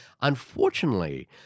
Unfortunately